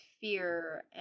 fear